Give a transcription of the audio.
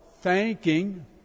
thanking